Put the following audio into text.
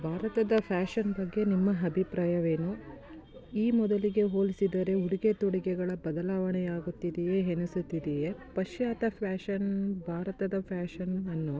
ಭಾರತದ ಫ್ಯಾಶನ್ ಬಗ್ಗೆ ನಿಮ್ಮ ಅಭಿಪ್ರಾಯವೇನು ಈ ಮೊದಲಿಗೆ ಹೋಲಿಸಿದರೆ ಉಡುಗೆ ತೊಡುಗೆಗಳ ಬದಲಾವಣೆ ಆಗುತ್ತಿದೆಯೇ ಅನಿಸುತ್ತಿದೆಯೇ ಪಾಶ್ಚಾತ್ಯ ಫ್ಯಾಶನ್ ಭಾರತದ ಫ್ಯಾಶನ್ ಅನ್ನು